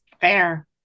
Fair